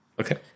Okay